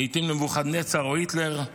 לעתים נבוכדנצר או היטלר,